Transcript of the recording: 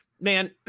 Man